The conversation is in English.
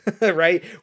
right